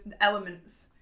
elements